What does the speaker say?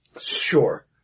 sure